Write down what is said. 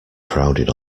crowded